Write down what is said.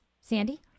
Sandy